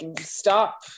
stop